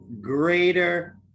greater